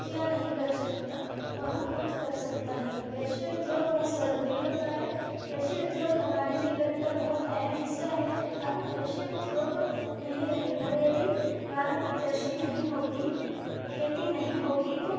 क्या नहीं कर सकता बहुत कुछ कर सकता है कृषि उद्योग बहुत ज़रूरी होता है कृषि उध्योग हमारे जीवन का बहुत अहम हिस्सा है अगर कृषि उध्योग नहीं रहेगा यदि भारत में कृषि नहीं होगी खेती नहीं होगी तो